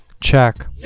Check